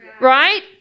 Right